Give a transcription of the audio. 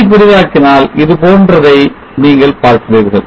அதை பெரிதாக்கினால் இதுபோன்றதை நீங்கள் பார்க்கிறீர்கள்